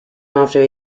after